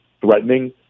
threatening